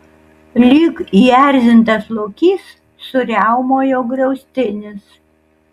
lyg įerzintas lokys suriaumojo griaustinis